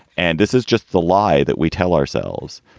and this is just the lie that we tell ourselves.